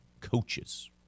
coaches